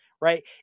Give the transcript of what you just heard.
right